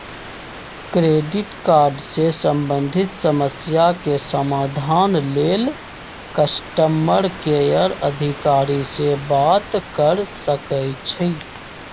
credit card से संबंधित समस्या के समाधान लेल कस्टमर केयर अधिकारी से बात कर सकइछि